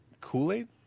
Kool-Aid